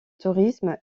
tourisme